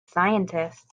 scientists